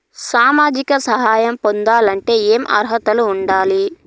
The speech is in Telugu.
సామాజిక సహాయం పొందాలంటే ఏమి అర్హత ఉండాలి?